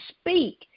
speak